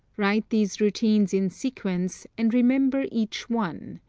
write these routines in sequence, and remember each one.